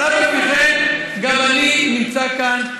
אבל אף על פי כן גם אני נמצא כאן,